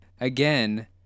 again